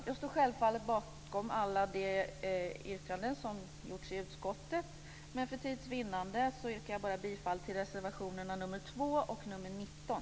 Jag står självfallet bakom alla de yrkanden som gjorts i utskottet, men för tids vinnande yrkar jag bifall bara till reservationerna 2 och 19.